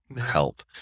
help